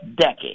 decade